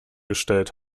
gestellt